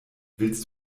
willst